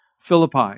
Philippi